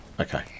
Okay